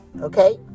Okay